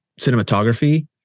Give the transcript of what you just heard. cinematography